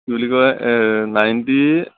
কি বুলি কয় নাইণ্টি